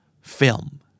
Film